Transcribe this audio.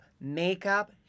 makeup